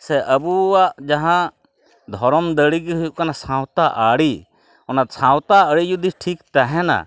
ᱥᱮ ᱟᱵᱚᱣᱟᱜ ᱡᱟᱦᱟᱸ ᱫᱷᱚᱨᱚᱢ ᱫᱟᱲᱮᱜᱮ ᱦᱩᱭᱩᱜ ᱠᱟᱱᱟ ᱟᱵᱚᱣᱟ ᱥᱟᱶᱛᱟ ᱟᱹᱨᱤ ᱚᱱᱟ ᱥᱟᱶᱛᱟ ᱟᱹᱨᱤ ᱡᱩᱫᱤ ᱴᱷᱤᱠ ᱛᱮᱦᱮᱱᱟ